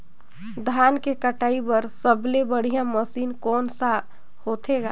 धान के कटाई बर सबले बढ़िया मशीन कोन सा होथे ग?